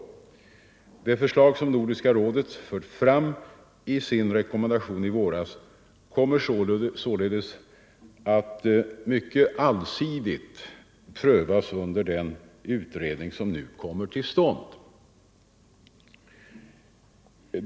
Det förslag som Nordiska rådet förde fram i sin rekommendation i våras kommer således att mycket allsidigt prövas under den utredning som nu kommer till stånd.